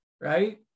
right